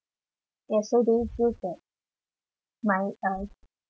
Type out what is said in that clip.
ya so do you feel that my uh